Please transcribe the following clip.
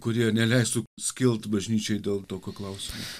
kurie neleistų skilt bažnyčiai dėl tokio klausimo